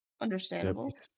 Understandable